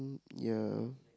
ya